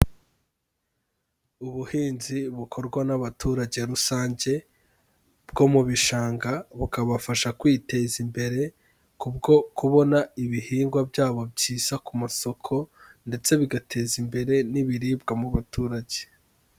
Ubuhinzi bukorwa n'abaturage rusange bwo mu bishanga, bukabafasha kwiteza imbere ku bwo kubona ibihingwa byabo byiza ku masoko ndetse bigateza imbere n'ibiribwa mu baturage.